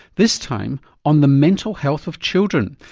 this time on the mental health of children.